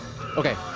Okay